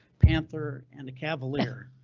panther and cavalier,